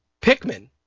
Pikmin